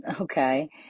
okay